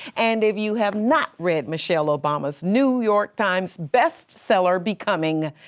and if you have not read michelle obama's new york times best seller, becoming,